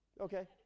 Okay